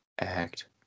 act